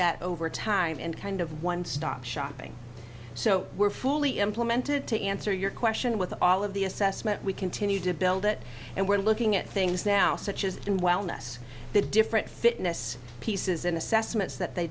that over time and kind of one stop shopping so we're fully implemented to answer your question with all of the assessment we continue to build it and we're looking at things now such as in wellness the different fitness pieces in assessments that they